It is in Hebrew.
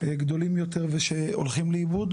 גדולים יותר שהולכים לאיבוד,